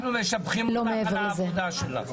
אנחנו משבחים אותך על העבודה שלך.